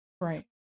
Right